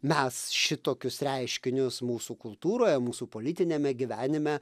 mes šitokius reiškinius mūsų kultūroje mūsų politiniame gyvenime